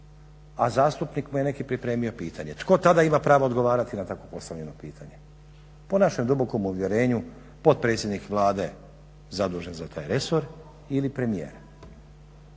a zastupnik mu je neki pripremio pitanje. Tko tada ima pravo odgovarati na tako postavljeno pitanje? Po našem dubokom uvjerenju potpredsjednik Vlade zadužen za taj resor ili premijer.